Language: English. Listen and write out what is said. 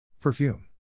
Perfume